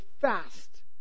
fast